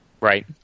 Right